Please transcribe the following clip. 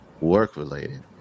work-related